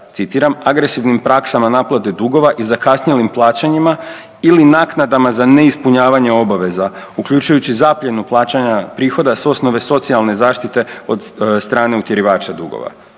agresivnim praksama naplate dugova i zakasnjelim plaćanjima ili naknadama za neispunjavanje obaveza, uključujući zapljenu plaćanja prihoda s osnova socijalne zaštite od strane utjerivača dugova.